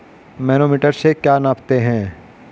Manometer से क्या नापते हैं?